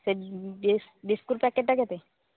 ସେ ବିସ୍କୁଟ୍ ପ୍ୟାକେଟଟା କେତେ